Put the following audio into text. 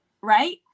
Right